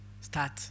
start